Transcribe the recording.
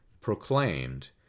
proclaimed